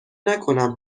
نکنم